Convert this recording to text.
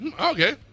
Okay